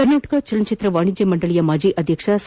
ಕರ್ನಾಟಕ ಚಲನಚಿತ್ರ ವಾಣಿಜ್ಯ ಮಂಡಳಿ ಮಾಜಿ ಅಧ್ಯಕ್ಷ ಸಾ